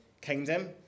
kingdom